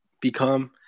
become